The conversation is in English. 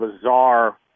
bizarre